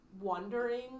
wondering